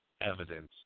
evidence